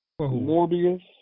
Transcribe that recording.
Morbius